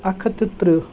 اَکھ ہَتھ تہٕ ترٕہ